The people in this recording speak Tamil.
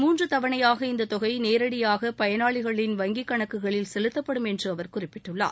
மூன்று தவணையாக இந்த தொகை நேரடியாக பயனாளிகளின் வங்கி கணக்குகளில் செலுத்தப்படும் என்று அவர் குறிப்பிட்டுள்ளார்